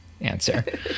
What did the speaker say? answer